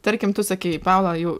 tarkim tu sakei paula jau